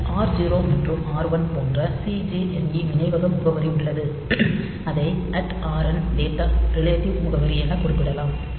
பின்னர் R 0 மற்றும் R 1 போன்ற CJNE நினைவக முகவரி உள்ளது அதை Rn டேட்டா ரிலேட்டிவ் முகவரி எனக் குறிப்பிடலாம்